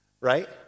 right